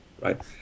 right